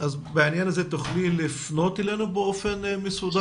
אז בעניין הזה תוכלי לפנות אלינו באופן מסודר?